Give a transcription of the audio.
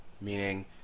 meaning